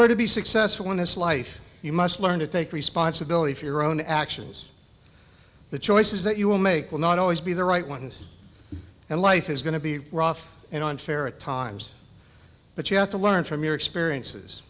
were to be successful in this life you must learn to take responsibility for your own actions the choices that you will make will not always be the right ones and life is going to be rough and unfair at times but you have to learn from your experiences